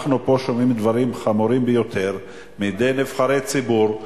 אנחנו שומעים פה דברים חמורים ביותר מנבחרי ציבור.